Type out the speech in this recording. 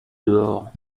dehors